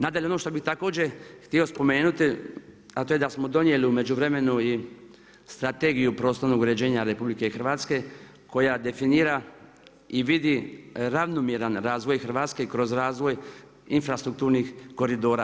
Nadalje, ono što bi također htio spomenuti a to je da smo donijeli u međuvremenu i Strategiju prostornog uređenja RH koja definira i vidi ravnomjeran razvoj Hrvatske kroz razvoj infrastrukturnih koridora.